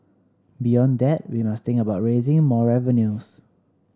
beyond that we must think about raising more revenues